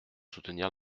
soutenir